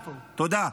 תודה.